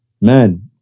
man